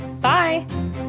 Bye